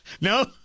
No